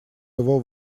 его